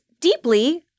deeply